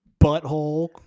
Butthole